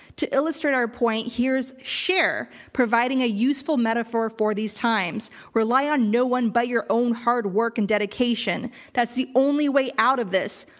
to illustrate our point here is cher providing a useful metaphor for these times. rely on no one by your own hard work and dedication. that's the only way out of this.